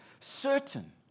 certain